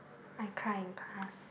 I cried in class